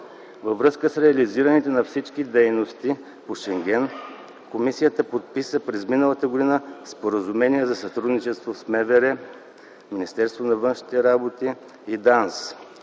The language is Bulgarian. Във връзка с реализирането на всички дейности по Шенген, комисията подписа през миналата година Споразумение за сътрудничество с МВР, Министерство на външните работи и ДАНС.